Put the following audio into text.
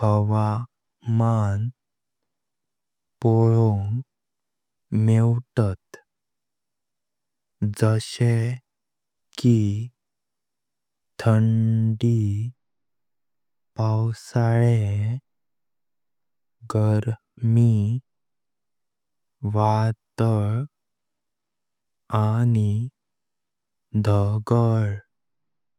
हावामान पालों मेवतात जशें की थंडी, पावसाळे, गरमी, वादळ, धगाळ।